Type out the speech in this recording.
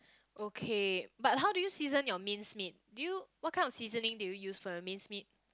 okay but how do you season your minced meat do you what kind of seasoning do you use for your minced meat